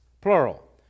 plural